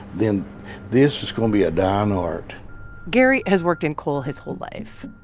then this is going to be a dying art gary has worked in coal his whole life,